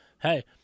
hey